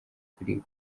kuri